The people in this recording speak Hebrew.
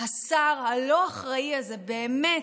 השר הלא-אחראי הזה, באמת,